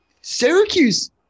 Syracuse –